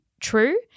true